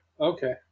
Okay